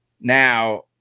Now